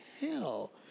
hell